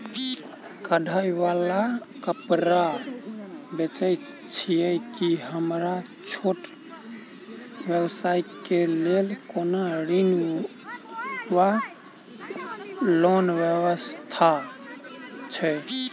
कढ़ाई वला कापड़ बेचै छीयै की हमरा छोट व्यवसाय केँ लेल कोनो ऋण वा लोन व्यवस्था छै?